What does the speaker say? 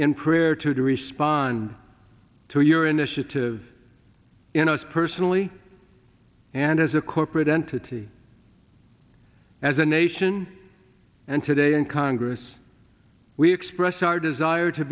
in prayer to respond to your initiative in us personally and as a corporate entity as a nation and today in congress we express our desire to